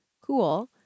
cool